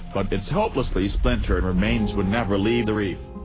but its hopelessly splintered remains would never leave the reef.